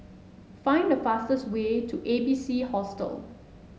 find the fastest way to A B C Hostel